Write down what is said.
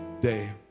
day